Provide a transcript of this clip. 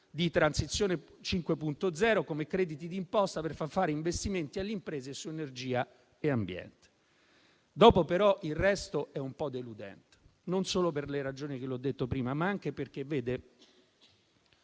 di transizione 5.0 come crediti di imposta per far fare investimenti alle imprese su energia e ambiente. Il resto però poi è un po' deludente, non solo per le ragioni che le ho detto prima, ma anche perché il